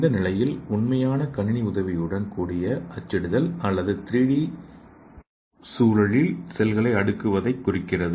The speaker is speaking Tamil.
இந்த நிலையில் உண்மையான கணினி உதவியுடன் கூடிய அச்சிடுதல் அல்லது 3d சூழலில் செல்களை அடுக்குவதுதை குறிக்கிறது